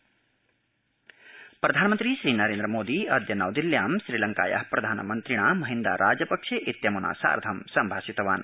प्रधानमन्त्री श्रीलंका प्रधानमन्त्री श्रीनरेन्द्रमोदी अद्य नव दिल्ल्यां श्रीलंकाया प्रधानमन्त्रिणा महिन्दा राजपक्षे इत्यम्ना सार्धं सम्भाषितवान्